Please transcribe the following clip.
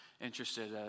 interested